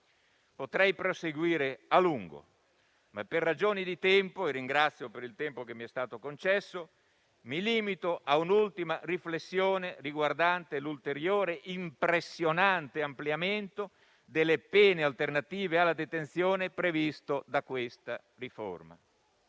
Potrei proseguire a lungo, ma per ragioni di tempo - e ringrazio per il tempo che mi è stato concesso - mi limito a un'ultima riflessione riguardante l'ulteriore impressionante ampliamento delle pene alternative alla detenzione previsto da questa riforma.